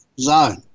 zone